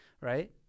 Right